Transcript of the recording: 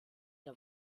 der